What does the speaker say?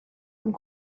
und